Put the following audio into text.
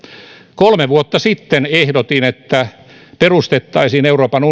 kolme vuotta sitten ehdotin että perustettaisiin euroopan